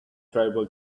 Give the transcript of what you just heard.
tribal